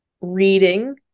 reading